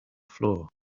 floor